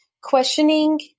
questioning